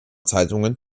zeitungen